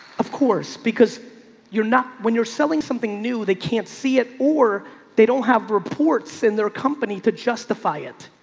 of course, because you're not, when you're selling something new, they can't see it or they don't have reports in their company to justify it.